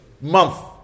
month